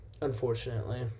unfortunately